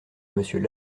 monsieur